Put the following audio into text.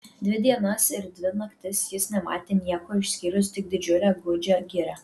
dvi dienas ir dvi naktis jis nematė nieko išskyrus tik didžiulę gūdžią girią